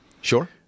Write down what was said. sure